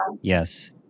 Yes